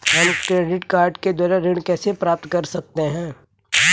हम credit card के द्वारा ऋण कैसे प्राप्त कर सकते हैं?